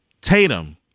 Tatum